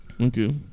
Okay